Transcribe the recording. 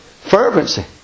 Fervency